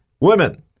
women